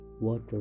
water